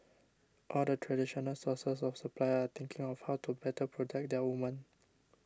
all the traditional sources of supply are thinking of how to better protect their women